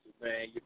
man